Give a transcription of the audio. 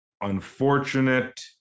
unfortunate